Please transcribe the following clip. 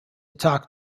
talk